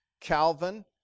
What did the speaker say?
Calvin